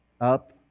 up